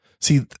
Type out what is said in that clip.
See